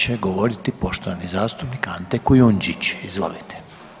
će govoriti poštovani zastupnik Ante Kujundžić, izvolite.